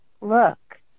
Look